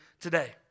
today